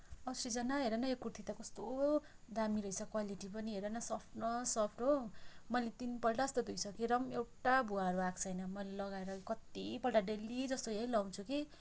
ओ श्रीजना हेर न यो कुर्ती त कस्तो दामी रहेछ क्वालिटी पनि हेरन सफ्ट न सफ्ट हो मैले तिनपल्ट जस्तो धोइसकेँ र पनि एउटा भुवाहरू आएको छैन मैले लगाएर कतिपल्ट डेली जस्तो यही लाउँछु कि